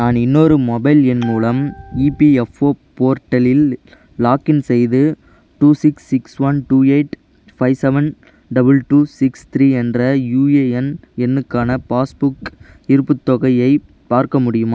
நான் இன்னொரு மொபைல் எண் மூலம் இபிஎஃப்ஓ போர்ட்டலில் லாக்இன் செய்து two six six one two eight five seven double two six three என்ற யூஏஎன் எண்ணுக்கான பாஸ்புக் இருப்புத் தொகையை பார்க்க முடியுமா